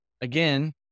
again